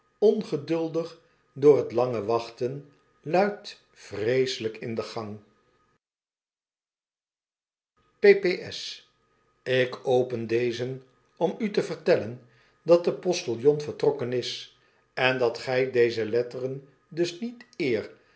ongeduldig door het lange wachten luidt vreeselyk in de gang p p s ik open dezen om u te vertellen dat de postiljon vertrokken is en dat gy deze letteren dus niet eer